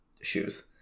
shoes